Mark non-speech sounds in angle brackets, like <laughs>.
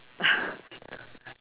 <laughs>